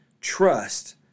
trust